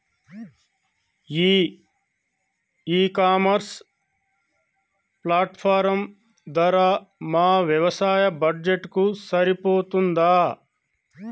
ఈ e commerce platform ధర మా వ్యవసాయ బడ్జెట్ కు సరిపోతుందా?